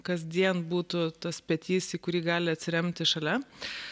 kasdien būtų tas petys į kurį gali atsiremti šalia a